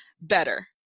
Better